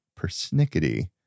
persnickety